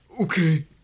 Okay